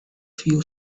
few